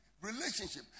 relationship